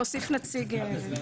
להוסיף נציג.